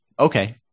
Okay